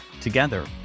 Together